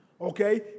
okay